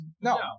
No